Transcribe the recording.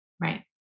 Right